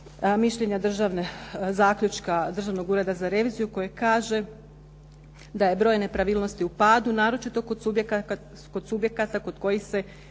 mišljenja, zaključka Državnog ureda za reviziju koji kaže da je broj nepravilnosti u padu naročito kod subjekata kod kojih se